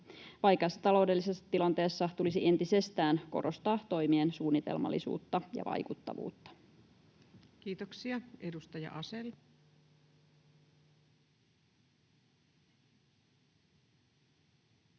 Vaikeassa taloudellisessa tilanteessa tulisi entisestään korostaa toimien suunnitelmallisuutta ja vaikuttavuutta. Kiitoksia. — Edustaja Asell.